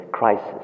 Crisis